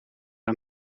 een